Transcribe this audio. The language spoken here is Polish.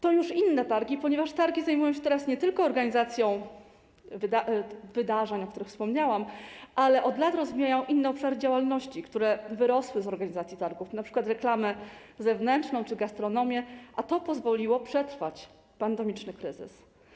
To już inne targi, ponieważ targi zajmują się teraz nie tylko organizacją wydarzeń, o których wspomniałam, ale od lat rozwijają inne obszary działalności, które wyrosły z organizacji targów, np. reklamę zewnętrzną czy gastronomię, a to pozwoliło przetrwać pandemiczny kryzys.